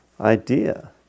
idea